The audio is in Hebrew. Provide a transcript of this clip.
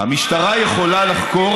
המשטרה יכולה לחקור,